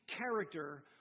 character